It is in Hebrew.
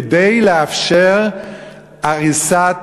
כדי לאפשר הריסת